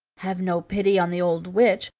have no pity on the old witch.